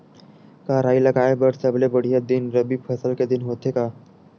का राई लगाय बर सबले बढ़िया दिन रबी फसल के दिन होथे का?